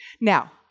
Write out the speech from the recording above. Now